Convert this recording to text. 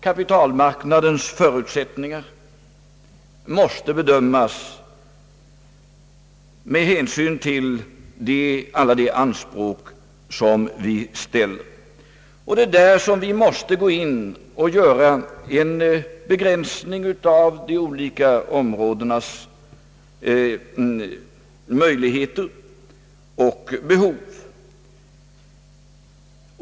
Kapitalmarknadens förutsättningar måste bedömas med hänsyn till alla de anspråk som vi ställer, och där måste vi göra en avvägning av de olika områdenas möjligheter och behov.